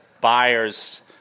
buyers